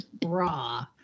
bra